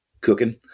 cooking